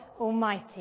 almighty